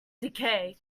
decay